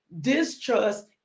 distrust